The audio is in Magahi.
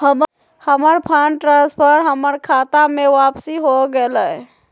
हमर फंड ट्रांसफर हमर खता में वापसी हो गेलय